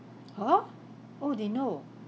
!huh! oh they know